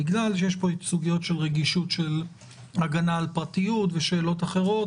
בגלל שיש פה סוגיות של רגישות של הגנה על פרטיות ושאלות אחרות,